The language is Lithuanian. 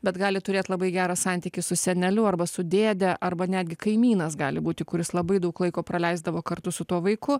bet gali turėt labai gerą santykį su seneliu arba su dėde arba netgi kaimynas gali būti kuris labai daug laiko praleisdavo kartu su tuo vaiku